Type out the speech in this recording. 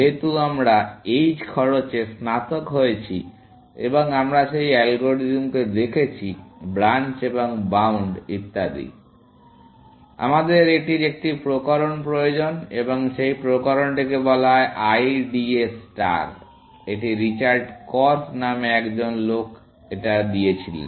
যেহেতু আমরা h খরচে স্নাতক হয়েছি এবং আমরা সেই অ্যালগরিদমটিকে দেখেছি ব্রাঞ্চ এবং বাউন্ড ইত্যাদি আমাদের এটির একটি প্রকরণ প্রয়োজন এবং সেই প্রকরণটিকে বলা হয় IDA ষ্টার । এটি রিচার্ড কর্ফ নামে একজন লোক এটা দিয়েছিলেন